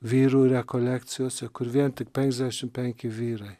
vyrų rekolekcijose kur vien tik penkiasdešim penki vyrai